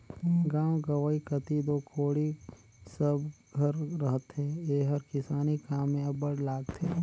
गाँव गंवई कती दो कोड़ी सब घर रहथे एहर किसानी काम मे अब्बड़ लागथे